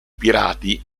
pirati